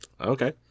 okay